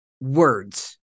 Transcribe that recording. words